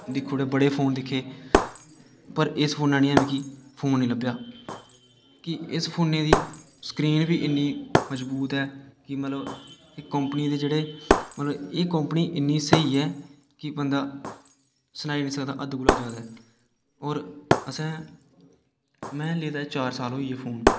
दिक्खी ओड़ेआ बड़े फोन दिक्खे पर इस फोनै नेहा मिगी फोन नि लब्भेआ कि इस फोनै दी स्क्रीन बी इन्नी मजबूत ऐ कि मतलब ई कम्पनी दे जेह्ड़े मतलब एह् कम्पनी इन्नी स्हेई ऐ कि बन्दा सनाई नि सकदा हद्द कोला ज्यादा होर असें में लेदा चार साल होई गे फोन